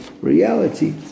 reality